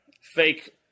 fake